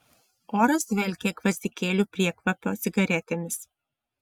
oras dvelkė gvazdikėlių priekvapio cigaretėmis